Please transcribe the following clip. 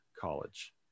college